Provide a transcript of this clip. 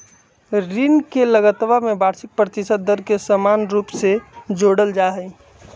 ऋण के लगतवा में वार्षिक प्रतिशत दर के समान रूप से जोडल जाहई